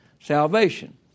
salvation